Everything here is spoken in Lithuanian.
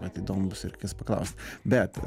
vat įdomu bus ir reikės paklaust bet